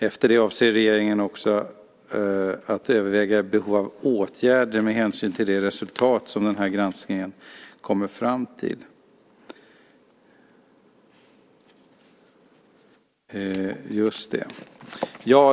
Efter det avser regeringen att överväga behov av åtgärder med hänsyn till de resultat som granskningen kommer fram till.